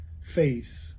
Faith